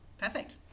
Perfect